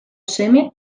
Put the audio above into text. seme